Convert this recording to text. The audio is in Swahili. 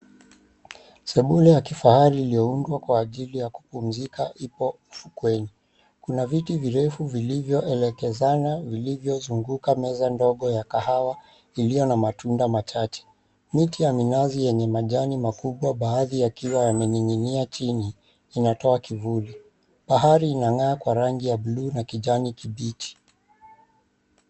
Sebule ya kifahari iliyoundwa kwa ajili ya kupumzika ipo ufukweni. Kuna viti virefu vilivyoelekezana, vilivyozunguka meza ndogo ya kahawa iliyo na matunda machache. Miti ya minazi yenye majani makubwa baadhi yakiwa yamening'inia chini inatoa kivuli. Bahari inang'aa kwa rangi ya bluu na kijani kibichi.